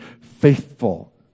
faithful